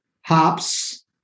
hops